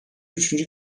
üçüncü